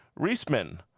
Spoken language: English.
Reisman